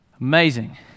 amazing